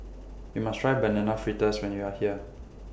YOU must Try Banana Fritters when YOU Are here